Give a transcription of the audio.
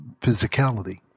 physicality